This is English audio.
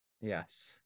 yes